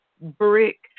Brick